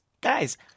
guys